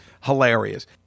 hilarious